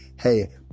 hey